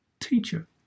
teacher